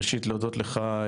ראשית להודות לך,